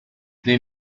they